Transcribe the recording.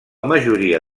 majoria